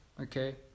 Okay